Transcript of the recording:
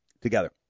together